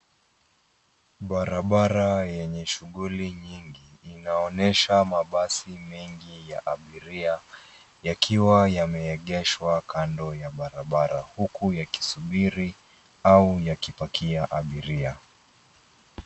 Barabara yenye shughuli nyingi,, inaonyesha mabasi mengi ya abiria yakiwa yame egeshwa kando ya barabara, huku yakisubiri au yakipakia abiria.